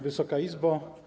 Wysoka Izbo!